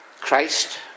Christ